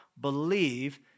believe